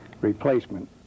replacement